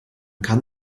kann